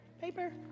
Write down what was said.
Paper